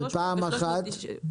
300 ו-390.